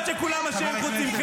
לא יכול להיות שכולם אשמים חוץ ממכם.